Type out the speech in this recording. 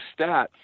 stats